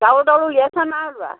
চাউল তাউল উলিয়াইছা নাই উলিওৱা